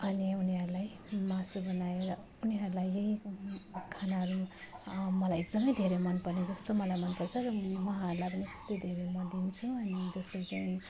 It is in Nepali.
अनि उनीहरूलाई मासु बनाएर उनीहरूलाई चाहिँ खानाहरू मलाई एकदमै धेरै मन पर्ने जस्तो मलाई मन पर्छ र उहाँहरूलाई पनि त्यस्तै धेरै म दिन्छु अनि जस्तो चाहिँ